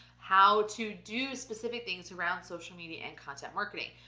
how to do specific things around social media and content marketing?